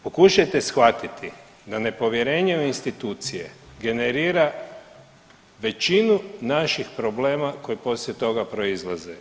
Pokušajte shvatiti da nepovjerenje u institucije generira većinu naših problema koji poslije toga proizlaze.